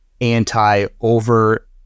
anti-over